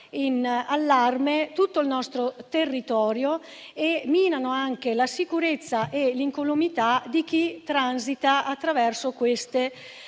in allarme tutto il nostro territorio, minando altresì la sicurezza e l'incolumità di chi transita attraverso quelle